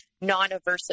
non-aversive